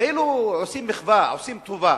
כאילו עושים מחווה, עושים טובה.